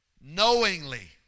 knowingly